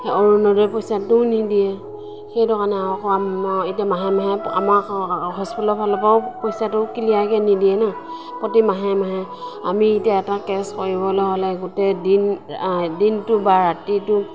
সেই অৰুণোদয় পইচাটোও নিদিয়ে সেইটো কাৰণে আকৌ আমাৰ এতিয়া মাহে মাহে আমাক হস্পিটেলৰ ফালৰ পৰাও পইচাটো ক্লিয়াৰকে নিদিয়ে ন' প্ৰতি মাহে মাহে আমি এতিয়া এটা কেচ কৰিবলৈ হ'লে গোটেই দিন দিনটো বা ৰাতিটো